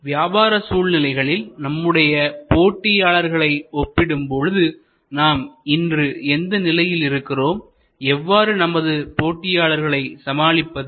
வியாபார சூழ்நிலைகளில் நம்முடைய போட்டியாளர்களை ஒப்பிடும்போது நாம் இன்று எந்த நிலையில் இருக்கிறோம்எவ்வாறு நமது போட்டியாளர்களை சமாளிப்பது